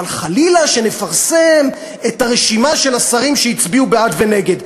אבל חלילה שנפרסם את הרשימה של השרים שהצביעו בעד ונגד.